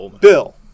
Bill